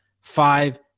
five